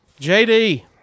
JD